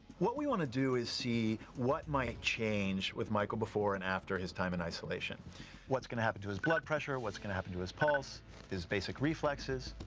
what we want to to is see what might change with michael before and after his time in isolation what's gonna happen to his blood pressure, what's gonna happen to his pulse his basic reflexes.